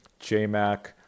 jmac